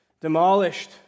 demolished